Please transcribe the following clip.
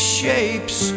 shapes